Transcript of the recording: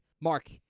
Mark